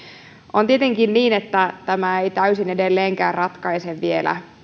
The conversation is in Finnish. on tietenkin niin että tämä ei täysin edelleenkään ratkaise